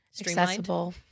accessible